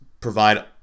provide